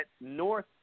North